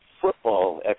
football